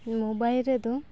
mobile ᱨᱮᱫᱚ